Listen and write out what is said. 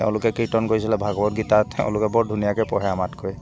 তেওঁলোকে কীৰ্তন কৰিছিলে ভাগৱত গীতাত তেওঁলোকে বৰ ধুনীয়াকৈ পঢ়ে আমাতকৈ